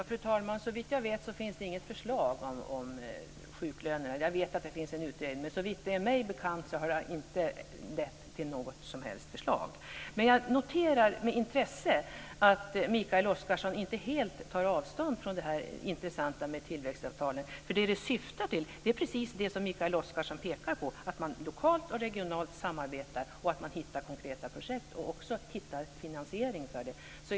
Fru talman! Såvitt jag vet finns det inget förslag om sjuklönen, men jag vet att det finns en utredning. Men såvitt mig är bekant har det inte lett till något som helst förslag. Jag noterar med intresse att Mikael Oscarsson inte helt tar avstånd från tillväxtavtalen. Det som de syftar till är precis det som Mikael Oscarsson pekar på, att man lokalt och regionalt samarbetar och att man hittar konkreta projekt och finansiering för dem.